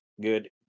good